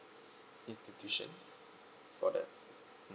institutions for that